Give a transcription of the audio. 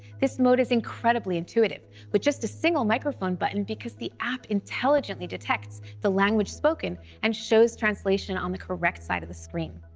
this mode is incredibly intuitive, with just a single microphone button because the app intelligently detects the language spoken and shows translation on the correct side of the screen.